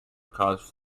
cause